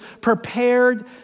prepared